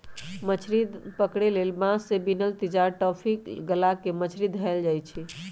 मछरी पकरे लेल बांस से बिनल तिजार, टापि, लगा क मछरी धयले जाइ छइ